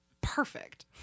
perfect